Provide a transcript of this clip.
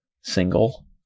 single